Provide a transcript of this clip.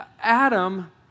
Adam